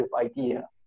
idea